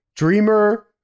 Dreamer